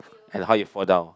and how you fall down